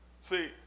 See